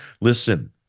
Listen